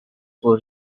for